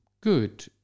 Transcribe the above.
good